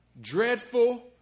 dreadful